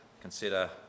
consider